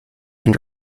and